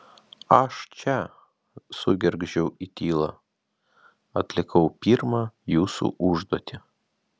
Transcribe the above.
aš čia sugergždžiau į tylą atlikau pirmą jūsų užduotį